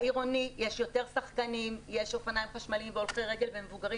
בעירוני יש יותר שחקנים יש אופניים חשמליים והולכי רגל ומבוגרים